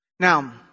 Now